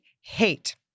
hate